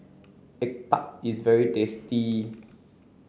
egg tart is very tasty